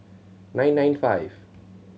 nine nine five